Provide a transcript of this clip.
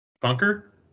Bunker